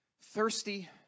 thirsty